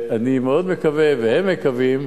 אני מאוד מקווה, והם מקווים,